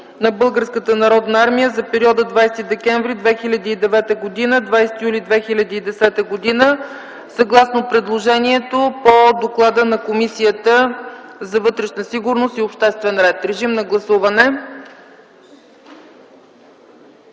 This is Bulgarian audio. армия за периода 20 декември 2009 г. – 20 юли 2010 г., съгласно предложението по доклада на Комисията за вътрешна сигурност и обществен ред. Гласували